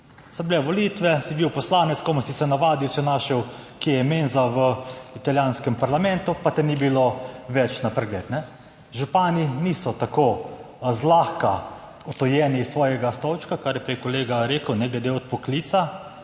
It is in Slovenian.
So bile volitve, si bil poslanec, komaj si se navadil, si našel, kje je menza v italijanskem parlamentu, pa te ni bilo več na spregled. Župani niso tako zlahka odtujeni s svojega stolčka, kar je prej kolega rekel, glede odpoklica.